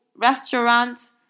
restaurant